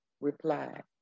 replied